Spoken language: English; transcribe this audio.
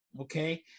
Okay